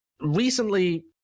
recently